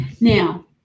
Now